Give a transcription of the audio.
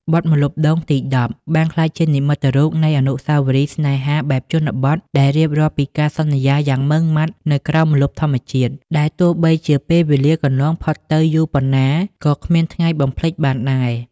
បទ "ម្លប់ដូងទីដប់" បានក្លាយជានិមិត្តរូបនៃអនុស្សាវរីយ៍ស្នេហាបែបជនបទ ដែលរៀបរាប់ពីការសន្យាយ៉ាងម៉ឺងម៉ាត់នៅក្រោមម្លប់ធម្មជាតិ ដែលទោះបីជាពេលវេលាកន្លងផុតទៅយូរប៉ុណ្ណាក៏គ្មានថ្ងៃបំភ្លេចបានដែរ។